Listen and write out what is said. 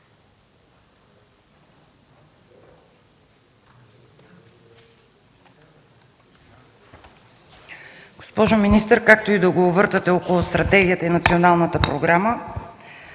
Госпожо министър, както и да го увъртате около стратегията и националната програма,